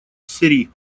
серри